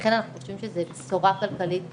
ולכן אנחנו חושבים שזו בשורה כלכלית